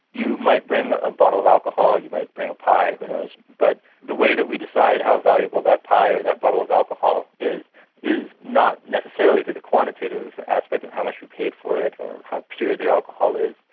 you might bring a bottle of alcohol, you might bring a pie, who knows, but the way that we decide how valuable that pie or that bottle of alcohol is is not necessarily to the quantitative aspect of how much you paid for it or how pure the alcohol is.